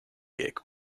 gig